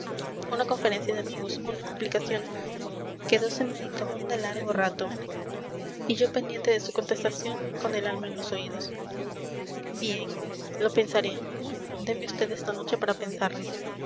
una conferencia de amigos una explicación quedose meditabunda largo rato y yo pendiente de su contestación con el alma en los oídos bien lo pensaré deme vd esta noche para pensarlo